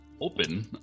open